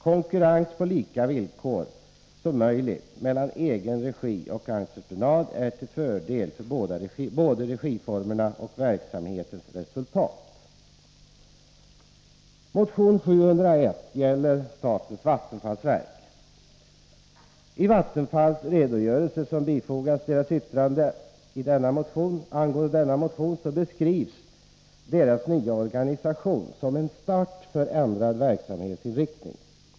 Konkurrens på så lika villkor som möjligt mellan egenregi och entreprenad är till fördel för både regiformerna och verksamhetens resultat. I Vattenfalls redogörelse, som bifogats verkets yttrande angående denna motion, beskrivs Vattenfalls nya organisation som en start för ändrad verksamhetsinriktning.